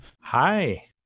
Hi